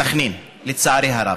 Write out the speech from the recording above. סח'נין, לצערי הרב.